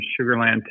Sugarland